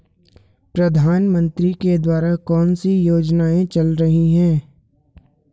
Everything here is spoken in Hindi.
प्रधानमंत्री के द्वारा कौनसी योजनाएँ चल रही हैं?